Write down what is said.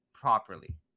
properly